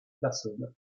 personne